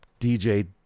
DJ